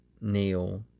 Neil